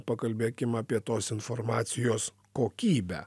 pakalbėkim apie tos informacijos kokybę